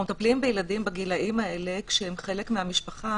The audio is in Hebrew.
אנחנו מטפלים בילדים בגילאים האלה כשהם חלק מהמשפחה,